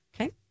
Okay